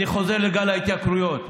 אני חוזר לגל ההתייקרויות: